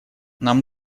нам